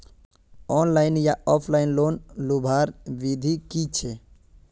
Online या offline loan लुबार विधि की छे?